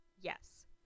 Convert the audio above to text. yes